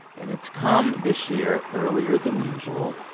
and it's come this year earlier than usual,